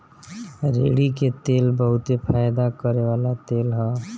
रेड़ी के तेल बहुते फयदा करेवाला तेल ह